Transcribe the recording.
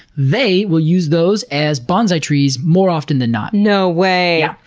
they will use those as bonsai trees more often than not. no way.